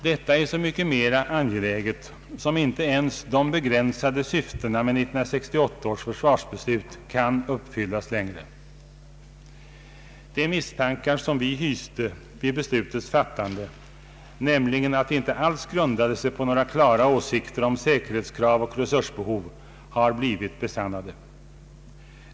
Detta är så mycket mera angeläget som inte ens de begränsade syf tena med 1968 års försvarsbeslut kan uppfyllas längre. De misstankar som vi hyste vid det beslutets fattande, nämligen att det inte alls grundade sig på några klara åsikter om säkerhetskrav och resursbehov, har blivit besannade.